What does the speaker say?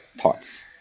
thoughts